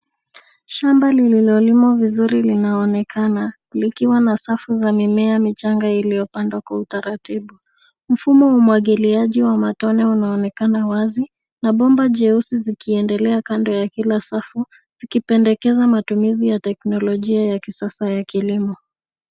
Shamba lililo limwa vizuri linaonekana likiwa na safu ya mimea michanga iliyo pandwa kwa utaratibu. Mfumo wa umwagiliaji wa matone unaonekana wazi na bomba jeusi zikiendelea kando ya kila safu zikipendekeza matumizi ya teknolojia ya kisasa ya kilimo.